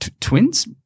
twins